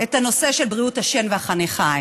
את הנושא של בריאות השן והחניכיים.